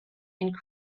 and